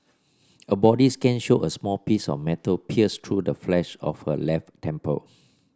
a body scan showed a small piece of metal pierced through the flesh of her left temple